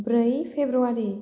ब्रै फेब्रुवारि